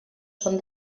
són